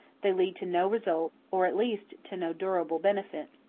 they lead to no result, or at least to no durable benefit.